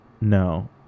No